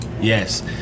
Yes